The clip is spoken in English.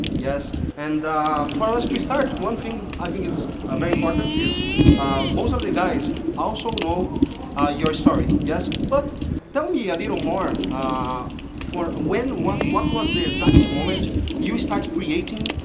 and for us to start one thing i think is very important is most of the guys also know your story, yes. but tell me a little more ah for when what what was the exact moment you started creating,